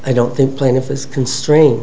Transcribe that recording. i don't think plaintiff is constrain